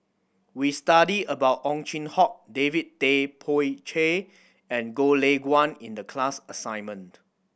we studied about Ow Chin Hock David Tay Poey Cher and Goh Lay Kuan in the class assignment